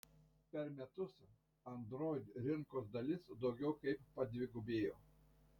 per metus android rinkos dalis daugiau kaip padvigubėjo